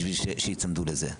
בשביל שייצמדו לזה.